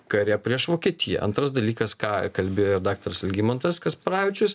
kare prieš vokietiją antras dalykas ką kalbėjo daktaras algimantas kasparavičius